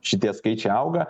šitie skaičiai auga